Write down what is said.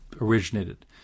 originated